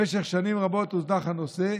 במשך שנים רבות הוזנח הנושא,